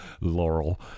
Laurel